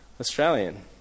Australian